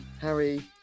Harry